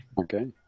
Okay